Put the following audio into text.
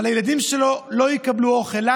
אבל הילדים שלו לא יקבלו אוכל.